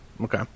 okay